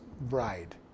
bride